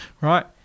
right